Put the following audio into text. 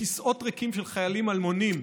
כיסאות ריקים של חיילים אלמונים.